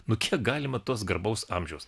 nu kiek galima tuos garbaus amžiaus